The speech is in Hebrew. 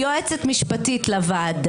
היועצת המשפטית מבקשת לדבר.